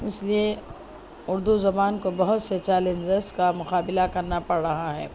اس لیے اردو زبان کو بہت سے چیلنجز کا مقابلہ کرنا پڑ رہا ہے